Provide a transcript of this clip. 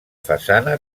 façana